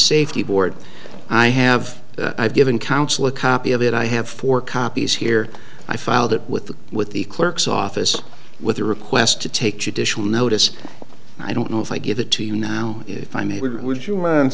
safety board i have i've given council a copy of it i have four copies here i filed it with the with the clerk's office with a request to take the dish will notice i don't know if i give it to you now if i made would you mind